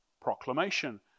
proclamation